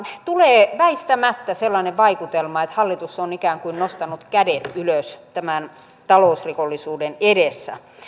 tulee väistämättä sellainen vaikutelma että hallitus on ikään kuin nostanut kädet ylös tämän talousrikollisuuden edessä